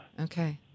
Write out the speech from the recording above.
okay